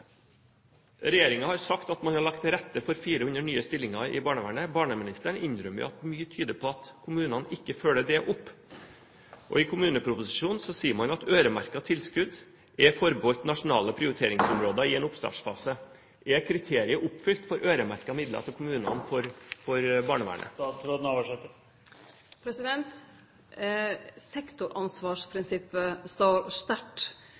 har sagt at man har lagt til rette for 400 nye stillinger i barnevernet. Barneministeren innrømmer at mye tyder på at kommunene ikke følger det opp. I kommuneproposisjonen sier man at øremerkede tilskudd er forbeholdt «nasjonale prioriteringsområder i en oppstartsfase». Er kriteriet oppfylt når det gjelder øremerkede midler til barnevernet i kommunene?